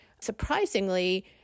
surprisingly